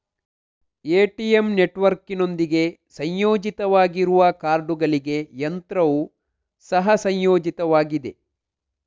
ATM ನೆಟ್ವರ್ಕಿನೊಂದಿಗೆ ಸಂಯೋಜಿತವಾಗಿರುವ ಕಾರ್ಡುಗಳಿಗೆ ಯಂತ್ರವು ಸಹ ಸಂಯೋಜಿತವಾಗಿದೆ